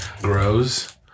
grows